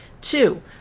Two